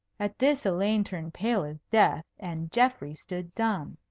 at this elaine turned pale as death, and geoffrey stood dumb.